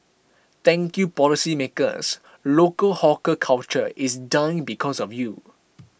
thank you policymakers local hawker culture is dying because of you